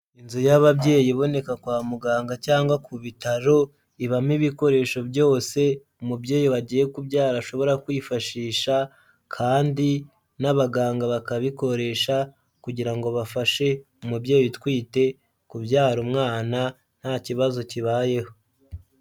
Inzu y'ababyeyi iboneka kwa muganga cyangwa ku bitaro, ibamo ibikoresho byose umubyeyi wagiye kubyara ashobora kwifashisha kandi n'abaganga bakabikoresha kugira ngo bafashe umubyeyi utwite kubyara umwana nta kibazo kibayeho.